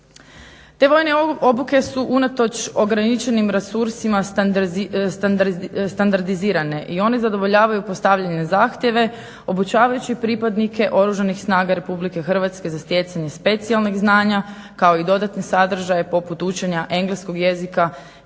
Te vojne obuke su unatoč ograničenim resursima standardizirane i one zadovoljavaju postavljene zahtjeve, obučavajući pripadnike Oružanih snaga Republike Hrvatske za stjecanje specijalnih znanja, kao i dodatne sadržaje poput učenja engleskog jezika